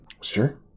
Sure